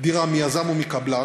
דירה מיזם או מקבלן,